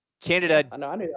Canada